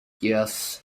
yes